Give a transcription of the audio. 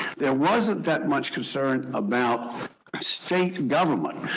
there wasn't that much concern about state government,